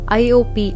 iop